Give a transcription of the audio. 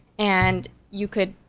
and you could,